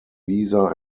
visa